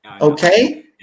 Okay